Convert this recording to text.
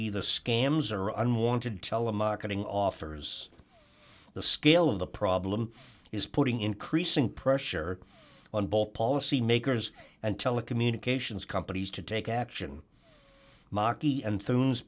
either scams or unwanted telemarketing offers the scale of the problem is putting increasing pressure on both policymakers and telecommunications companies to take action maki and